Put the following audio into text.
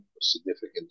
significant